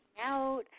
out